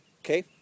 Okay